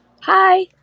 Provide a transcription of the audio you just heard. Hi